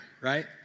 right